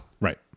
Right